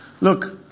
look